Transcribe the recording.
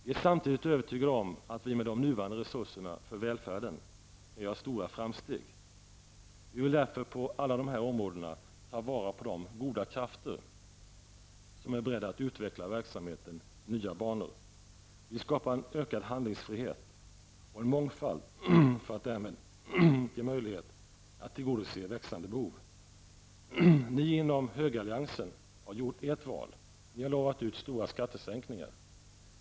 Vi är samtidigt övertygade om att vi med det nuvarande resurserna för välfärden kan göra stora framsteg. Vi vill därför på alla dessa områden ta vara på de goda krafter som är beredda att utveckla verksamheten i nya banor. Vi vill skapa en ökad handlingsfrihet och en mångfald för att därmed ge möjlighet att tillgodose växande behov. Ni inom högeralliansen har gjort ert val. Ni har utlovat stora skattesänkningar.